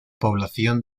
población